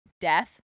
death